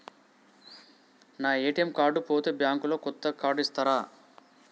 నా ATM card పోతే bank లో కొత్త కార్డు ఇస్తరా?